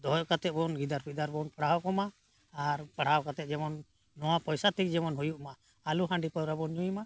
ᱫᱚᱦᱚ ᱠᱟᱛᱮᱫ ᱵᱚᱱ ᱜᱤᱫᱟᱹᱨ ᱯᱤᱫᱟᱹᱨ ᱵᱚᱱ ᱯᱟᱲᱦᱟᱣ ᱠᱚᱢᱟ ᱟᱨ ᱯᱟᱲᱦᱟᱣ ᱠᱟᱛᱮ ᱡᱮᱢᱚᱱ ᱱᱚᱣᱟ ᱯᱚᱭᱥᱟ ᱛᱮᱜᱮ ᱡᱮᱢᱚᱱ ᱦᱩᱭᱩᱜᱼᱢᱟ ᱟᱞᱚ ᱦᱟᱺᱰᱤ ᱯᱟᱹᱣᱨᱟᱹ ᱵᱚᱱ ᱧᱩᱭᱼᱢᱟ